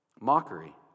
Mockery